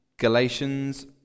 Galatians